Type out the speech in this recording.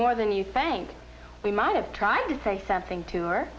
more than you frank we might have tried to say something to her